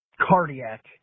cardiac